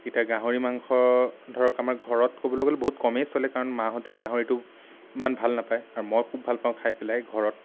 এতিয়া গাহৰি মাংস ধৰক আমাৰ ঘৰত ক'বলৈ গ'লে বহুত কমেই চলে কাৰণ মাহঁতে গাহৰিটো ইমান ভাল নাপায় আৰু মই খুব ভাল পাওঁ খাই পেলাই ঘৰত